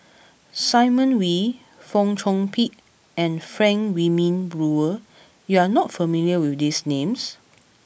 Simon Wee Fong Chong Pik and Frank Wilmin Brewer you are not familiar with these names